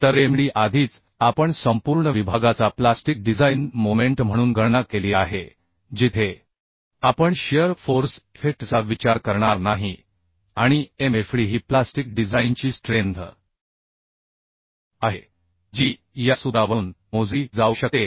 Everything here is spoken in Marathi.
तरMd आधीच आपण संपूर्ण विभागाचा प्लास्टिक डिझाइन मोमेंट म्हणून गणना केली आहे जिथे आपण शियर फोर्स इफेक्टचा विचार करणार नाही आणि Mfd ही प्लास्टिक डिझाइनची स्ट्रेंथ आहे जी या सूत्रावरून मोजली जाऊ शकते